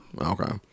Okay